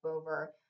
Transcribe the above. over